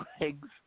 legs